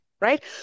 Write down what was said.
right